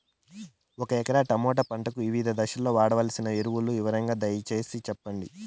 ఒక ఎకరా టమోటా పంటకు వివిధ దశల్లో వాడవలసిన ఎరువులని వివరంగా దయ సేసి చెప్పండి?